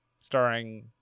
starring